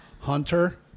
Hunter